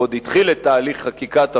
שהתחיל את תהליך חקיקת החוק,